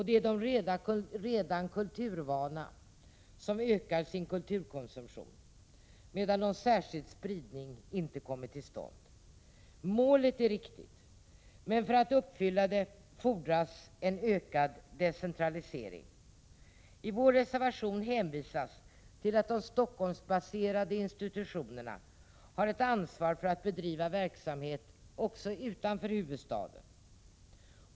Det är de redan kulturvana som ökar sin kulturkonsumtion, medan någon särskild spridning inte har kommit till stånd. Målet är riktigt, men för att kunna uppfylla det fordras en ökad decentralisering. I vår reservation hänvisar vi till det faktum att de Stockholmsbaserade institutionerna har ett ansvar för att verksamheten också kan bedrivas utanför huvudstaden.